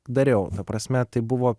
dariau ta prasme tai buvo